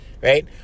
right